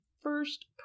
first